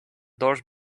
doors